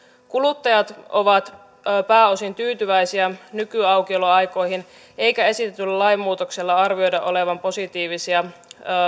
kuluttajat ovat pääosin tyytyväisiä nykyaukioloaikoihin eikä esitetyllä lainmuutoksella arvioida olevan positiivisia